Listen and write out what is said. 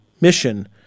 mission